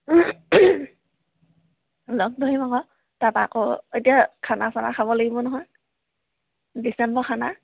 লগ ধৰিম আকৌ তাৰপৰা আকৌ এতিয়া খানা চানা খাব লাগিব নহয় ডিচেম্বৰ খানা